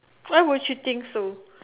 where would you think so